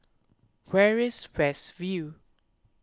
where is West View